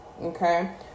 okay